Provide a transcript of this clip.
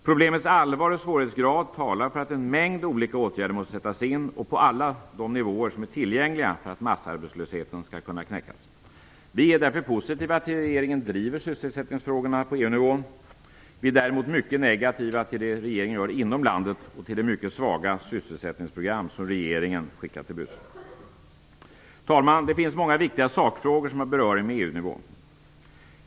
Problemets allvar och svårighetsgrad talar för att en mängd olika åtgärder måste sättas in och på alla de nivåer som är tillgängliga för att massarbetslösheten skall kunna knäckas. Vi är därför positiva till att regeringen driver sysselsättningsfrågorna på EU-nivån. Vi är däremot mycket negativa till det regeringen gör inom landet och till det mycket svaga sysselsättningsprogram som regeringen skickat till Bryssel. Fru talman! Det finns många viktiga sakfrågor som har beröring med EU-nivån.